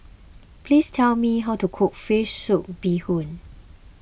please tell me how to cook Fish Soup Bee Hoon